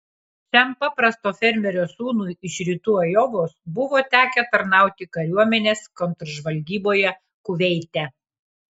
šiam paprasto fermerio sūnui iš rytų ajovos buvo tekę tarnauti kariuomenės kontržvalgyboje kuveite